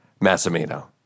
Massimino